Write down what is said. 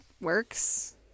works